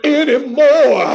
anymore